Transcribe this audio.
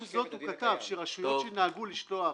עם זאת, הוא כתב שרשויות שנהגו לשלוח